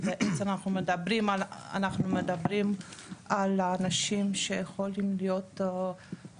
כי בעצם אנחנו מדברים על אנשים שיכולים להיות חולי